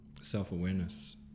self-awareness